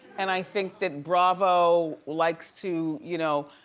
and i think that bravo likes to, you know,